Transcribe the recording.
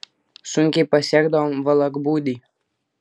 sunkiai pasiekdavom valakbūdį